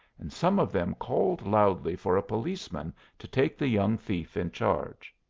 and some of them called loudly for a policeman to take the young thief in charge.